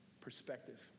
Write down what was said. perspective